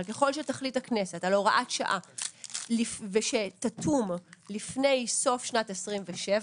אבל ככל שתחליט הכנסת על הוראת שעה שתתום לפני סוף שנת 2027,